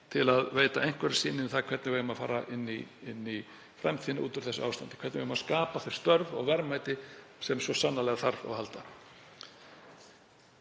til að veita einhverja sýn um hvernig við eigum að fara inn í framtíðina út úr þessu ástandi, hvernig við eigum að skapa störf og verðmæti sem svo sannarlega þarf á að halda.